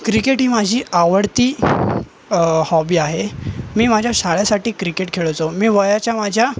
cricket ही माझी आवडती हॉबी आहे मी माझ्या शाळंसाठी क्रिकेट खेळायचो मी वयाच्या माझ्या